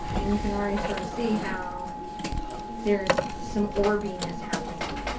and you can already sort of see how there is some orbiness happening.